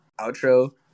outro